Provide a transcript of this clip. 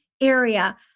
area